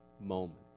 moment